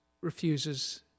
refuses